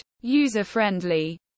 user-friendly